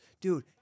Dude